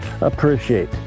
appreciate